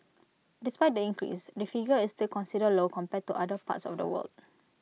despite the increase the figure is still considered low compared to other parts of the world